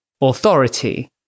authority